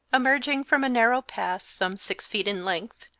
emerging from a narrow pass some six feet in length,